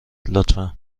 لطفا